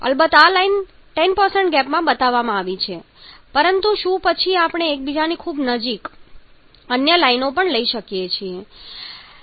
અલબત્ત લાઈન 10 ગેપમાં બતાવવામાં આવી છે પરંતુ શું પછી આપણે એકબીજાની ખૂબ નજીક અન્ય લાઈન પણ લઈ શકીએ છીએ